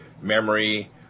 memory